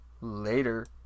later